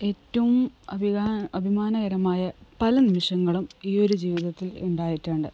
ഏറ്റവും അഭിമാനകരമായ പല നിമിഷങ്ങളും ഈ ഒരു ജീവിതത്തിൽ ഉണ്ടായിട്ടുണ്ട്